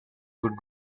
could